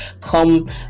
come